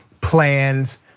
plans